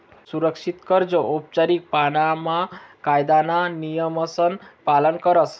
सुरक्षित कर्ज औपचारीक पाणामा कायदाना नियमसन पालन करस